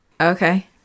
Okay